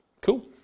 Cool